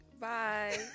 Bye